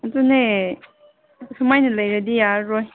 ꯑꯗꯨꯅꯦ ꯁꯨꯃꯥꯏꯅ ꯂꯩꯔꯗꯤ ꯌꯥꯔꯔꯣꯏ